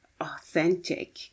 authentic